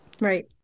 right